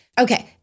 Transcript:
Okay